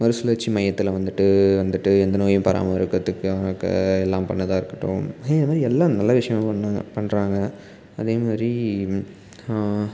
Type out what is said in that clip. மறுசுழற்சி மையத்தில் வந்துட்டு வந்துட்டு எந்த நோயும் பராமரிக்கிறதுக்கும் எல்லாம் பண்ணாத இருக்கட்டும் இந்தமாதிரி எல்லாம் நல்ல விஷயங்களை பண்ணிணாங்க பண்ணுறாங்க அதேமாதிரி